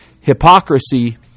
Hypocrisy